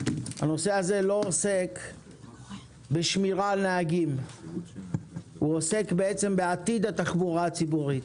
הנושא הזה לא עוסק בשמירה על נהגים אלא בעתיד התחבורה הציבורית.